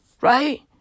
Right